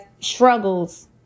struggles